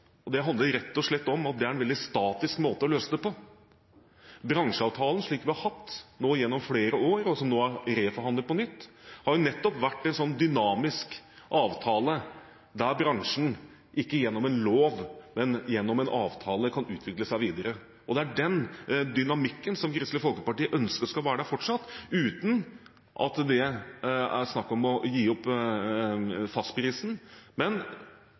og det handler rett og slett om at det er en veldig statisk måte å løse det på. Bransjeavtalen, slik vi har hatt nå gjennom flere år, og som nå er reforhandlet, har jo nettopp vært en sånn dynamisk avtale der bransjen ikke gjennom en lov, men gjennom en avtale kan utvikle seg videre. Det er den dynamikken Kristelig Folkeparti ønsker skal være der fortsatt, uten at det er snakk om å gi opp fastprisen. Men